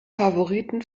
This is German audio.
favoriten